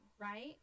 right